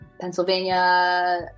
Pennsylvania